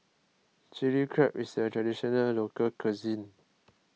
Chilli Crab is a Traditional Local Cuisine